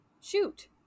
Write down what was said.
Shoot